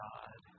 God